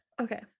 Okay